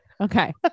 Okay